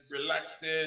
relaxing